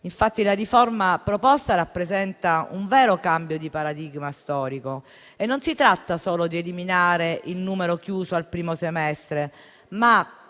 italiani. La riforma proposta rappresenta, infatti, un vero cambio di paradigma storico e si tratta non solo di eliminare il numero chiuso al primo semestre, ma